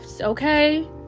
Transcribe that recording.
okay